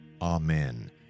Amen